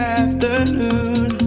afternoon